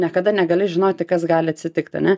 niekada negali žinoti kas gali atsitikt ane